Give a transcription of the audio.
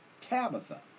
Tabitha